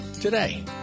today